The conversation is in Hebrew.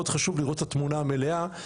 מאוד חשוב לראות את התמונה המלאה,